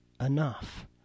enough